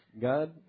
God